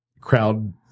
crowd